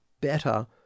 better